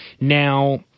Now